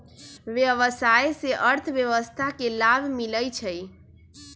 व्यवसाय से अर्थव्यवस्था के लाभ मिलइ छइ